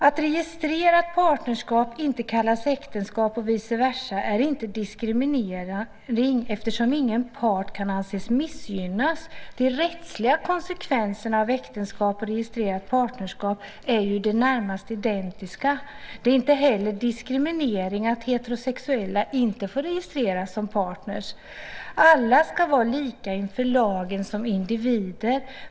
Att registrerat partnerskap inte kallas äktenskap och vice versa är inte diskriminering eftersom ingen part kan anses bli missgynnad. De rättsliga konsekvenserna av äktenskap och registrerat partnerskap är ju i det närmaste identiska. Inte heller är det diskriminering att heterosexuella inte får registreras som partner. Alla ska som individer vara lika inför lagen.